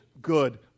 good